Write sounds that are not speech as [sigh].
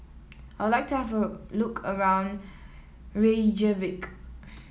I would like to have a look around Reykjavik [noise]